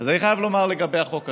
אז אני חייב לומר לגבי החוק הזה: